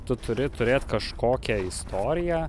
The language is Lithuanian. tu turi turėt kažkokią istoriją